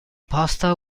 pasta